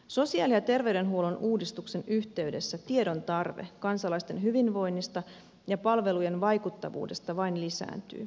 sosiaali ja terveydenhuollon uudistuksen yhteydessä tiedon tarve kansalaisten hyvinvoinnista ja palvelujen vaikuttavuudesta vain lisääntyy